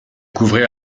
couvrait